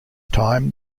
time